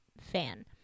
fan